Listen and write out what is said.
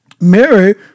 Mary